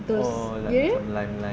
oh like lime lime